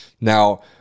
Now